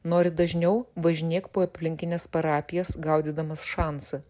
nori dažniau važinėk po aplinkines parapijas gaudydamas šansą